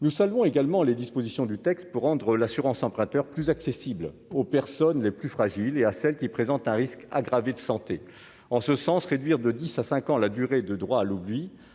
nous saluons également les dispositions du texte pour rendre l'assurance emprunteur plus accessible aux personnes les plus fragiles et à celles qui présentent un risque aggravé de santé en ce sens, réduire de 10 à 5 ans la durée de droit à l'oubli